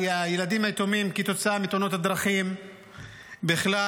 והילדים היתומים כתוצאה מתאונות הדרכים בכלל,